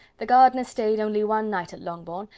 the gardiners stayed only one night at longbourn,